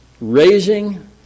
raising